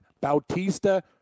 Bautista